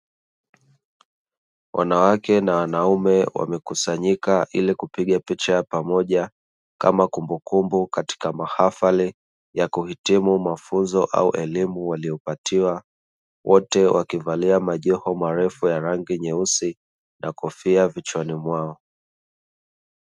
Wanawake na wanaume wamekusanyika ili kupiga picha ya pamoja kama kumbukumbu katika mahafali ya kuhitimu mafunzo au elimu waliyopatiwa, wote wakivalia majoho yenye rangi nyeusi na kofia kichwani mwao.